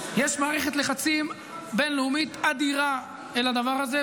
יש מערכת לחצים בין-לאומית אדירה אל הדבר הזה,